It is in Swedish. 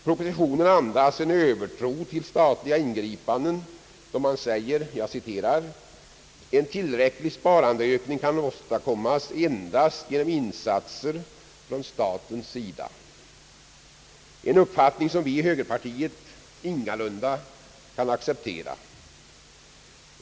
Propositionen andas en övertro till statliga ingripanden, då den säger: »En tillräcklig sparandeökning kan åstadkommas endast genom insatser från statens sida.» Denna uppfattning kan vi i högerpartiet ingalunda acceptera.